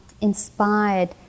inspired